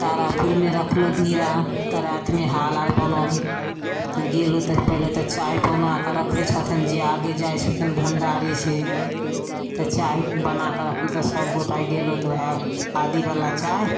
तारापुरमे रखलहुॅं धीरा तऽ रातिमे हाल आर बनल तऽ गेलहुॅं तऽ पहिले तऽ चाह बनाकऽ रक्खै छथिन जे आगे जाइ छथिन भण्डारी से तऽ चाह बनाकऽ राखल तऽ सब गोटा गेलहुॅं तऽ ओएह आदि बला चाही